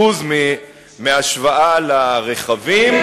זוז" מהשוואה לרכבים,